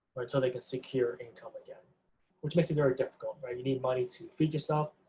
right, so they can secure income again which makes it very difficult, right. you need money to feed yourself,